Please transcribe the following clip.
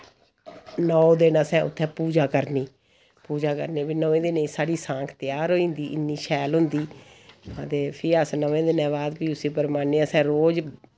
नौ दिन असें उत्थें पूजा करनी पूजा करनी फ्ही नमें दिनें च साढ़ी सांख त्यार होई जंदी इन्नी सैल होंदी अदे फ्ही नमें दिनें बाद फ्ही उसी प्रवाहने असें रोज़